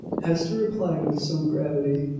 hester replied, with some gravity,